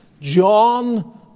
John